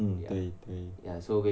hmm 对对